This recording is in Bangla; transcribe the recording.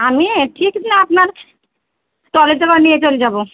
আমি ঠিক না আপনার ট্রলিতে করে নিয়ে চলে যাব